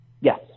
Yes